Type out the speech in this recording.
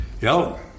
Yo